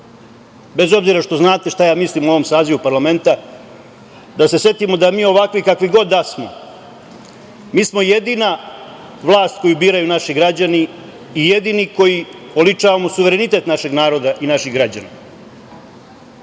bez obzira što znate šta ja mislim o ovom sazivu parlamenta, ovakvi kakvi god da smo, mi smo jedina vlast koju biraju naši građani i jedini koji oličavamo suverenitet našeg naroda i naših građana.